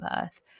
birth